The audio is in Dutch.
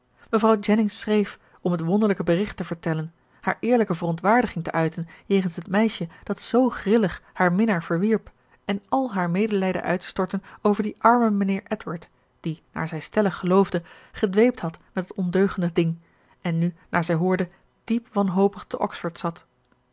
mevrouw jennings schreef om het wonderlijke bericht te vertellen haar eerlijke verontwaardiging te uiten jegens het meisje dat zoo grillig haar minnaar verwierp en al haar medelijden uit te storten over dien armen mijnheer edward die naar zij stellig geloofde gedweept had met dat ondeugende ding en nu naar zij hoorde diep wanhopig te oxford zat